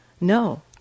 No